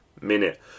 minute